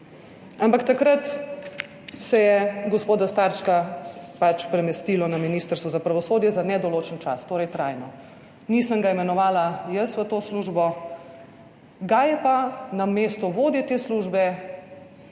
ampak takrat se je gospoda Starčka pač premestilo na Ministrstvo za pravosodje za nedoločen čas, torej trajno. Nisem ga imenovala jaz v to službo, ga je pa na mesto vodje te službe